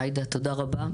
עאידה, תודה רבה.